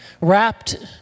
wrapped